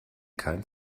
kein